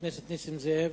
חבר הכנסת נסים זאב.